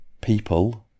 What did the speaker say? people